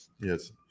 Yes